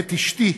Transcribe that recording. למעט אשתי,